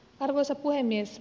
arvoisa puhemies